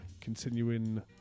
continuing